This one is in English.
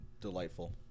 delightful